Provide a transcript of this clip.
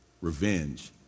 Revenge